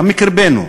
גם מקרבנו.